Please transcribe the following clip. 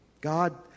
God